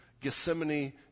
Gethsemane